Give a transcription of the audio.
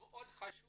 מאוד חשוב